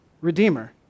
redeemer